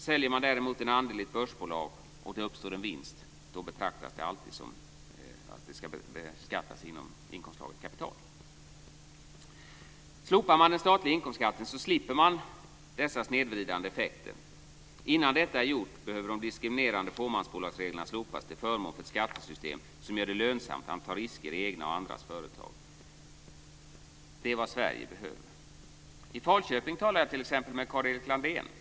Säljer man däremot en andel i ett börsbolag och det uppstår en vinst, beskattas denna alltid inom inkomstslaget kapital. Slopar man den statliga inkomstskatten slipper man dessa snedvridande effekter. Innan detta görs behöver de diskriminerande fåmansbolagsreglerna slopas till förmån för ett skattesystem som gör det lönsamt att ta risker i egna och andra företag. Det är vad Sverige behöver. I Falköping har jag talat t.ex. med Carl-Erik Landén.